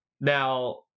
Now